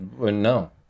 No